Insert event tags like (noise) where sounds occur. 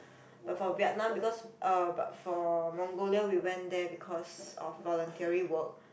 (breath) but for Vietnam because um but for Mongolia we went there because of voluntary work